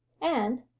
and,